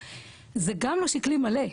זה גם לא שקלי מלא.